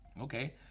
Okay